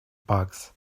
bugs